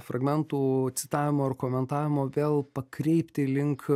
fragmentų citavimo ar komentavimo vėl pakreipti link